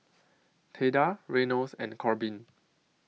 Theda Reynolds and Korbin